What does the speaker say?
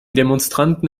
demonstranten